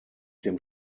dem